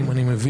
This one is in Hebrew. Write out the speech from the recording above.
אם אני מבין,